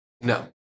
No